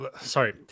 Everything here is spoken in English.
Sorry